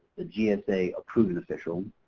the gsa approving official,